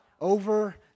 Over